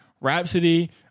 Rhapsody